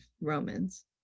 Romans